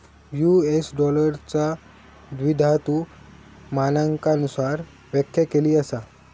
US डॉलरचा द्विधातु मानकांनुसार व्याख्या केली असा